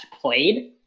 played